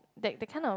that that kind of